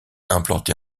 implantée